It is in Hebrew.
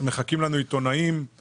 מחכים לנו עיתונאים,